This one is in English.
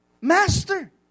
Master